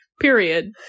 period